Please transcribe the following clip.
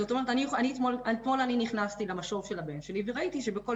אתמול נכנסתי למשוב של הבן שלי וראיתי שבכל